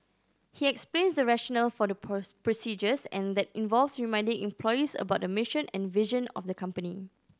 he explains the rationale for the procedures and that involves reminding employees about the mission and vision of the company